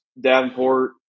Davenport